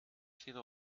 sido